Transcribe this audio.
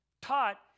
taught